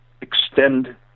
extend